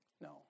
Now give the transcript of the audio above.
No